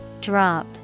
Drop